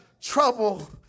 trouble